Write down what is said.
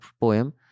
poem